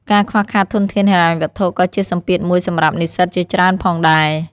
ការខ្វះខាតធនធានហិរញ្ញវត្ថុក៏ជាសម្ពាធមួយសម្រាប់និស្សិតជាច្រើនផងដែរ។